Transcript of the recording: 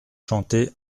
chanter